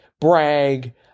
brag